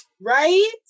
Right